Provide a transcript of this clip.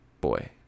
boy